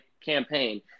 campaign